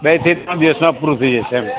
બે થી ત્રણ દિવસમાં પૂરું થઈ જશે એમ